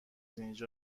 اینجا